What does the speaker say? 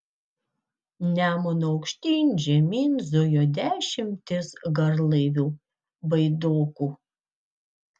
nemunu aukštyn žemyn zujo dešimtys garlaivių baidokų